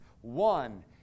One